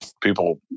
people